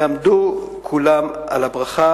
יעמדו כולם על הברכה,